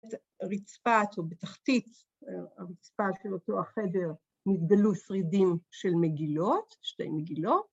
הרצפת או בתחתית הרצפה של אותו החדר נתגלו שרידים של מגילות, שתי מגילות